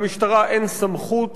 למשטרה אין סמכות